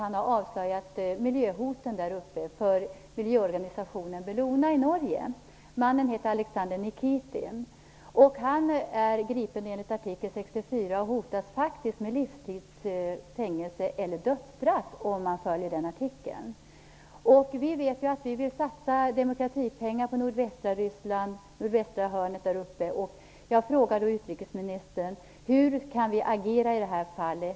Han hade avslöjat miljöhoten där uppe för miljöorganisationen Bellona i Norge. Han är gripen enligt artikel 64 och hotas faktiskt av livstids fängelse eller dödsstraff, om man följer den artikeln. Vi vill ju satsa demokratipengar på det nordvästra hörnet av Ryssland. Jag frågar därför utrikesministern: Hur kan vi agera i det här fallet?